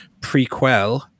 Prequel